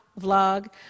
vlog